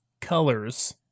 colors